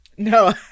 No